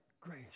grace